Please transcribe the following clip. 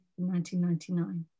1999